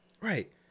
Right